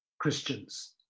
Christians